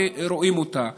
ורואים אותה.